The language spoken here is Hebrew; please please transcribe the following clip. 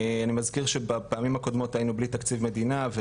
אני מזכיר שבפעמים הקודמות היינו בלי תקציב מדינה.